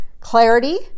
Clarity